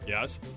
Yes